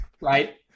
Right